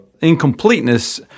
incompleteness